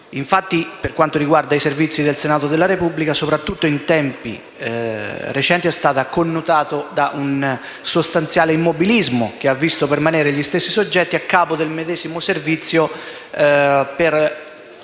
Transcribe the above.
Infatti, i Servizi del Senato della Repubblica, soprattutto in tempi recenti, sono stati connotati da un sostanziale immobilismo, che ha visto permanere gli stessi soggetti a capo del medesimo Servizio per